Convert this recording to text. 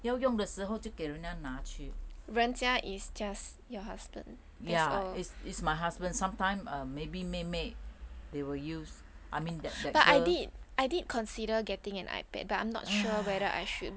要用的时候就给人家拿去 ya is is my husband sometime err maybe 妹妹 they will use I mean !hais!